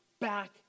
back